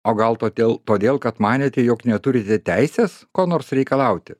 o gal todėl todėl kad manėte jog neturite teisės ko nors reikalauti